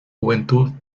juventud